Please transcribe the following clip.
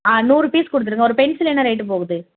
ஆ நூறு பீஸ் கொடுத்துருங்க ஒரு பென்சிலு என்ன ரேட்டு போகுது